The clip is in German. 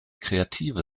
kreative